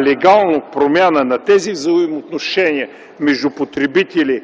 легално промяна на тези взаимоотношения между потребители,